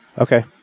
Okay